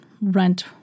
rent